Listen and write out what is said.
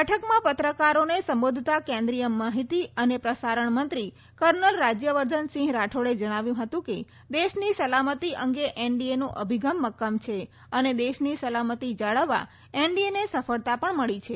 બેઠકમાં પત્રકારોને સંબોધતા કેન્દ્રીય માહિતી અને પ્રસારણ મંત્રી કર્નલ રાજ્યવર્ધનસિંહ રાઠોડે જણાવ્યું હતું કે દેશની સલામતી અંગે એનડીએનો અભિગમ મક્કમ છે અને દેશની સલામતી જાળવવા એનડીએને સફળતા પણ મળી છે